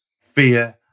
fear